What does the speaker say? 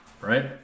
right